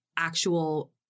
actual